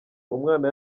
umwana